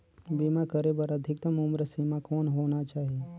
बीमा करे बर अधिकतम उम्र सीमा कौन होना चाही?